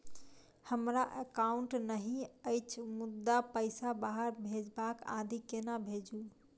हमरा एकाउन्ट नहि अछि मुदा पैसा बाहर भेजबाक आदि केना भेजू?